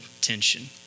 tension